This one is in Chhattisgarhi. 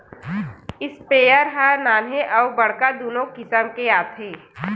इस्पेयर ह नान्हे अउ बड़का दुनो किसम के आथे